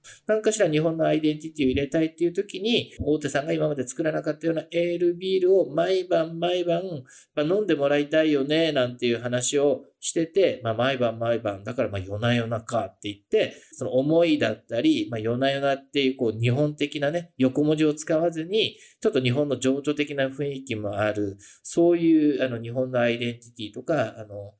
何かしら日本のアイデンティティを入れたいっていう時に、大手さんが今まで作らなかったようなエールビールを毎晩毎晩、まあ、飲んでもらいたいよね、なんていう話をしてて、まあ、毎晩毎晩、だから、まあ、夜な夜なかって言って、その思いだったり、まあ、夜な夜なっていう、こう、日本的なね、横文字を使わずに、ちょっと日本の情緒的な雰囲気もある、そういう、あの、日本のアイデンティティとか、あの、